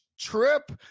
trip